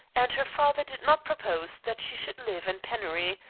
and her father did not propose that she should live in penury,